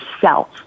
self